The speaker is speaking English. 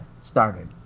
started